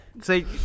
See